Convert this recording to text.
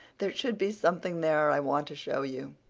there should be something there i want to show you.